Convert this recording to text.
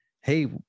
Hey